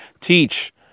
teach